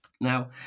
Now